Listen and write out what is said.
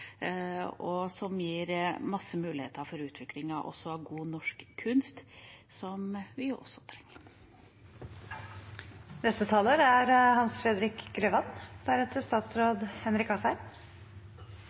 og som gir mange muligheter for utviklingen av god norsk kunst, som vi også trenger.